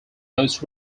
most